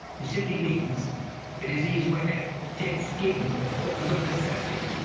which simply means a disease where dead skin forms on the surface.